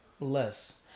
less